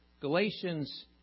Galatians